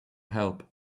help